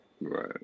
Right